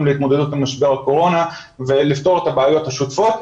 להתמודדות עם משבר הקורונה ולפתור את הבעיות השוטפות,